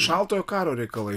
šaltojo karo reikalai